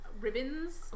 ribbons